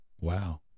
Wow